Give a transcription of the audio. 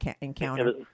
encounter